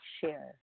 share